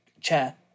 chair